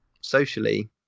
socially